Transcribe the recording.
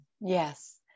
Yes